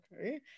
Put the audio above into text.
okay